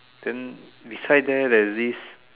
then beside there there's this